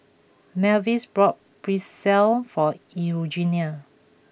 Mavis bought Pretzel for Eugenie